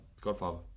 Godfather